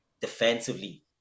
defensively